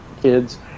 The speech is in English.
kids